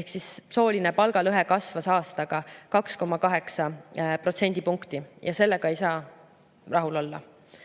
Ehk siis sooline palgalõhe kasvas aastaga 2,8% võrra. Sellega ei saa rahul olla.